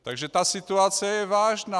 Takže situace je vážná.